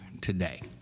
today